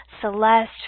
celeste